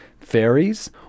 Fairies